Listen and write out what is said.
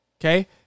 okay